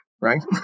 right